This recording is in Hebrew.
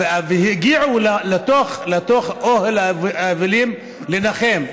והגיעו אל אוהל האבלים לנחם.